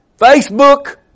Facebook